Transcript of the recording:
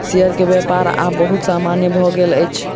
share के व्यापार आब बहुत सामान्य भ गेल अछि